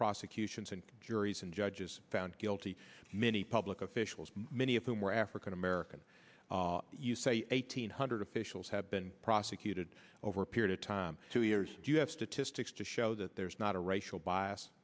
prosecutions and juries and judges found guilty many public officials many of whom were african american you say eighteen hundred officials have been prosecuted over a period of time two years do you have statistics to show that there is not a racial bias